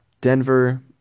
Denver